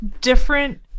different